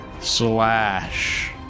slash